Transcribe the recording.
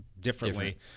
differently